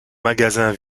magasins